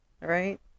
right